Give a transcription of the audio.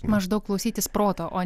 maždaug klausytis proto o